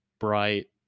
bright